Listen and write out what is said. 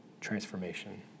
transformation